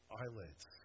eyelids